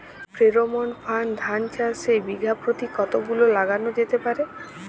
Pheromone ফাঁদ ধান চাষে বিঘা পতি কতগুলো লাগানো যেতে পারে?